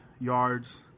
yards